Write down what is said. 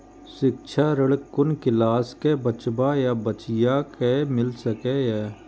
शिक्षा ऋण कुन क्लास कै बचवा या बचिया कै मिल सके यै?